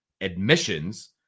admissions